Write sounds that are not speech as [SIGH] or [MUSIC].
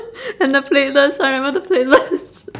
[NOISE] and the platelets I remember the platelets